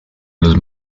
los